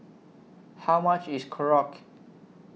How much IS Korokke